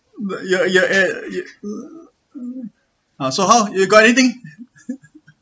but you are you are at you uh uh ah so how you got anything